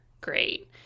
great